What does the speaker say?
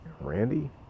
Randy